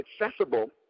accessible